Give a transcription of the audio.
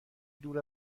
دور